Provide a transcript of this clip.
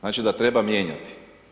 Znači da treba mijenjati.